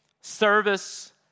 service